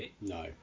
No